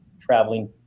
traveling